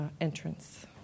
entrance